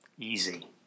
easy